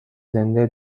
زنده